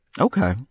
okay